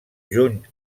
juny